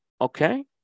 Okay